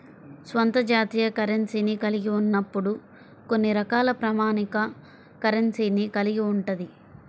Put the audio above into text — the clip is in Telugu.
స్వంత జాతీయ కరెన్సీని కలిగి ఉన్నప్పుడు కొన్ని రకాల ప్రామాణిక కరెన్సీని కలిగి ఉంటది